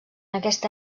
aquesta